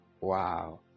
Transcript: Wow